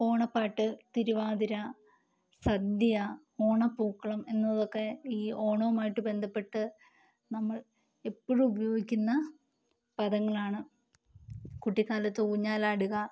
ഓണപ്പാട്ട് തിരുവാതിര സദ്യ ഓണപ്പൂക്കളം എന്നതൊക്കെ ഈ ഓണവുമായിട്ട് ബന്ധപ്പെട്ട് നമ്മൾ എപ്പോഴും ഉപയോഗിക്കുന്ന പദങ്ങളാണ് കുട്ടിക്കാലത്ത് ഊഞ്ഞാലാടുക